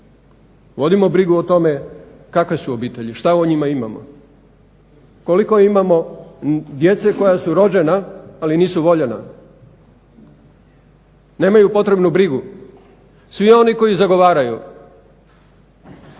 Vodimo brigu o tome kakve su obitelji šta u njima imamo, koliko imamo djece koja su rođena ali nisu voljena, nemaju potrebnu brigu. Svi oni koji zagovaraju